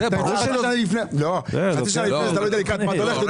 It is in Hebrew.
אתה יודע איך זה הולך.